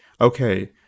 okay